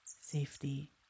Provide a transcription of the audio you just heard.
safety